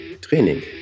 Training